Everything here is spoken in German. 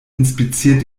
inspiziert